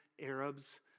Arabs